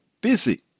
busy